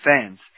fans